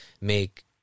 make